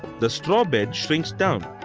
the straw bed shrinks down.